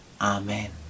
Amen